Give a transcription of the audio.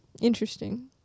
Interesting